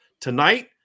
Tonight